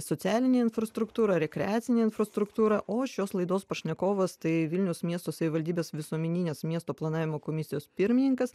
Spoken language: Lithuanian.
socialinę infrastruktūrą rekreacinę infrastruktūrą o šios laidos pašnekovas tai vilniaus miesto savivaldybės visuomeninės miesto planavimo komisijos pirmininkas